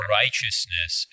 righteousness